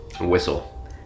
whistle